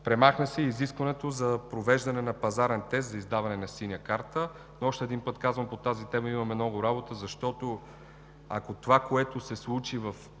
Премахна се и изискването за провеждане на пазарен тест за издаване на Синя карта. Още веднъж казвам: по тази тема имаме много работа, защото ако това, което се случи в